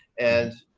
and